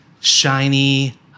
shiny